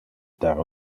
dar